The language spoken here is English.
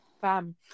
Bam